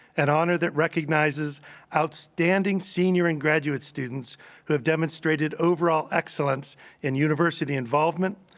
an honor that recognizes outstanding senior and graduate students who have demonstrated overall excellence in university involvement,